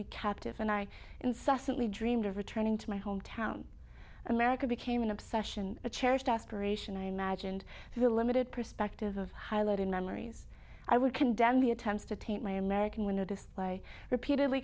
me captive and i incessantly dreamed of returning to my home town america became an obsession a cherished aspiration i imagined the limited perspective of highlighting memories i would condemn the attempts to taint my american window display repeatedly